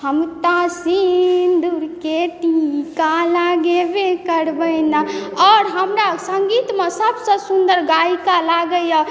हम तऽ सिन्दूरके टीका लगेबे करबय ना आओर हमरा सङ्गीतमे सबसँ सुन्दर गाइका लागइए